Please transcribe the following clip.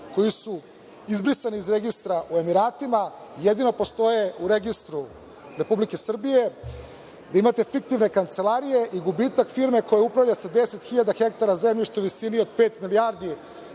koji su izbrisani iz registra u Emiratima, jedino postoje u registru Republike Srbije, imate fiktivne kancelarije i gubitak firme koja upravlja sa 10 hiljada hektara zemljišta u visini od pet milijardi,